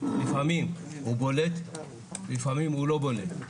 לפעמים הוא בולט, לפעמים הוא לא בולט.